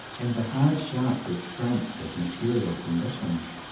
and the hard sharp re straints of material conditions.